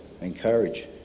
encourage